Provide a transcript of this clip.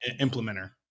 implementer